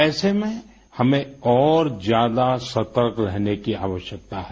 ऐसे में हमें और ज्यादा सतर्क रहने की आवश्यकता है